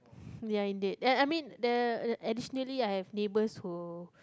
ya indeed uh I mean the additionally I have neighbours who